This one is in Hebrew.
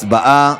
הצבעה.